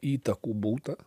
įtakų būta